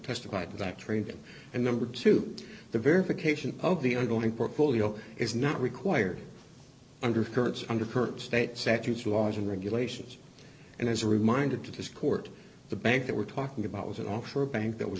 testified that training and number two the verification of the ongoing portfolio is not required under currents under current state statutes laws and regulations and as a reminder to this court the bank that we're talking about was an offshore bank that was